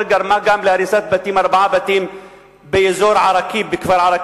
גרמה גם להריסת ארבעה בתים בכפר אל-עראקיב,